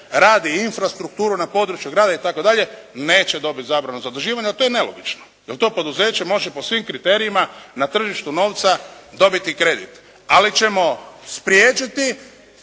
radi infrastrukturu na području grada itd. neće dobiti zabranu zaduživanja ali to je nelogično jer to poduzeće može po svim kriterijima na tržištu novca dobiti kredit. Ali ćemo spriječiti